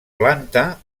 planta